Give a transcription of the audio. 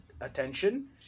attention